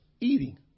Eating